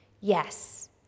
Yes